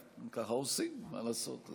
ככה עושים, מה לעשות.